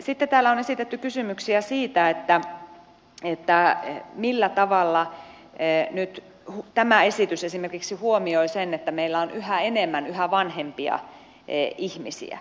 sitten täällä on esitetty kysymyksiä siitä millä tavalla tämä esitys nyt esimerkiksi huomioi sen että meillä on yhä enemmän yhä vanhempia ihmisiä